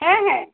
হ্যাঁ হ্যাঁ